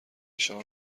شام